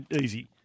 easy